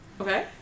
Okay